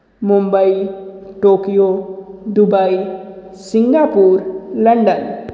Mumbai Tokyo Dubai Singapore London